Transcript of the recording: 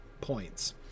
points